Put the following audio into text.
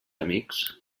amics